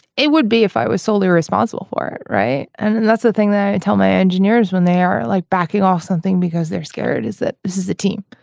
it would be if i was solely responsible for it. right. and and that's the thing that i tell my engineers when they're like backing off something because they're scared is that this is a team.